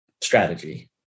strategy